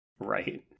Right